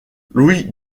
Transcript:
louis